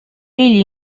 egli